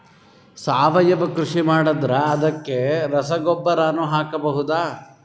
ಸಾವಯವ ಕೃಷಿ ಮಾಡದ್ರ ಅದಕ್ಕೆ ರಸಗೊಬ್ಬರನು ಹಾಕಬಹುದಾ?